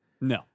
No